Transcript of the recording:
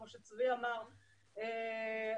כמו שאמר ד"ר צבי פישל,